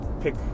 pick